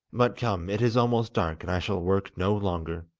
but, come, it is almost dark, and i shall work no longer